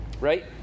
right